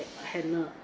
handler